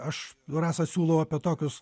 aš rasa siūlau apie tokius